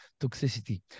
toxicity